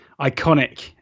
iconic